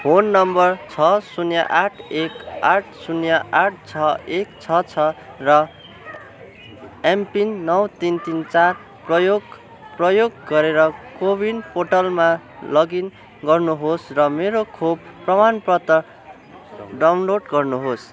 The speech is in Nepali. फोन नम्बर छ शून्य आठ एक आठ शून्य आठ छ एक छ छ र एमपिन नौ तिन तिन चार प्रयोग प्रयोग गरेर को विन पोर्टलमा लगइन गर्नुहोस् र मेरो खोप प्रमाणपत्र डाउनलोड गर्नुहोस्